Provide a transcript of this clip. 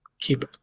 keep